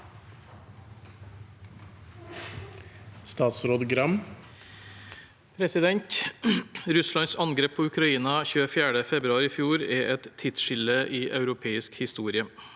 Arild Gram Russlands angrep på Ukraina 24. februar i fjor er et tidsskille i europeisk historie.